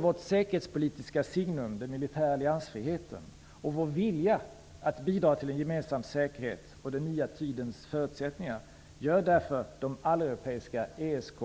Vårt säkerhetspolitiska signum militär alliansfrihet, viljan att bidra till en gemensam säkerhet och den nya tidens förutsättningar gör de alleuropeiska ESK,